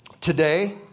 today